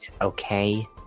okay